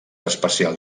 especial